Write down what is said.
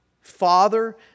Father